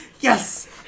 Yes